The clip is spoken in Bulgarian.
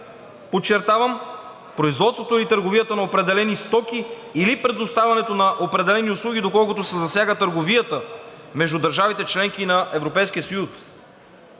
подчертавам, „производството и търговията на определени стоки или предоставянето на определени услуги, доколкото се засяга търговията между държавите – членки на